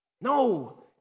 No